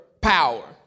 power